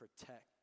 protect